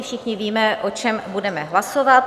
Všichni víme, o čem budeme hlasovat.